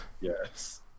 yes